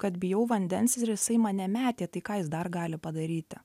kad bijau vandens ir jisai mane metė tai ką jis dar gali padaryti